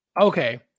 Okay